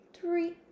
three